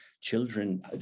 children